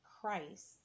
Christ